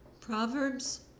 Proverbs